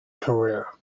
career